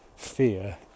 fear